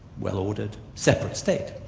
well-ordered, separate state,